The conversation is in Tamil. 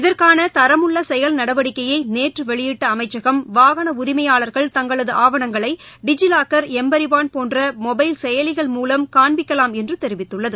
இதற்கான செயல் நடவடிக்கைகள் குறித்துவெளியிட்டஅமைச்சகம் வாகனஉரிமையாளர்கள் தங்களதுஆவணங்களைடிஜிலாக்கர் எம்பரிவாகன் போன்றமொபைல் செயலிகள் மூலமும் காண்பிக்கலாம் என்றுதெரிவித்துள்ளது